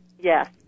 Yes